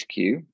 HQ